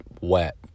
wet